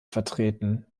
vertreten